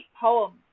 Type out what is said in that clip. poems